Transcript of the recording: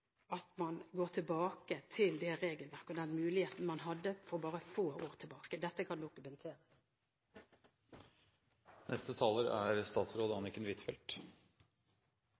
at man går tilbake til det regelverket og den muligheten man hadde for bare få år tilbake. – Dette kan dokumenteres.